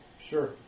sure